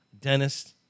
dentist